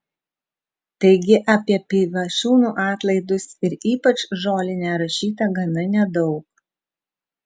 taigi apie pivašiūnų atlaidus ir ypač žolinę rašyta gana nedaug